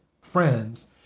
friends